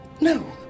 No